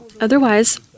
Otherwise